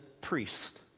priest